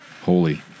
holy